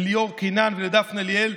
לליאור קינן ולדפנה ליאל,